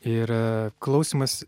ir klausymas